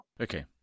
Okay